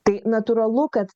tai natūralu kad